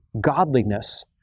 godliness